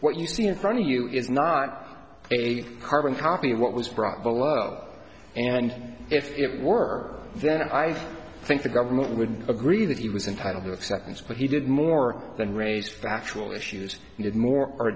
what you see in front of you is not a carbon copy of what was brought below and if it were then i think the government would agree that he was entitled to acceptance but he did more than raise factual issues he did more